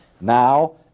now